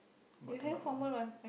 button up ah